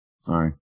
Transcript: Sorry